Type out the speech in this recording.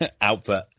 output